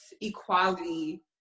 equality